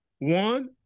One